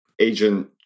Agent